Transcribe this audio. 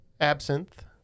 absinthe